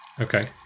Okay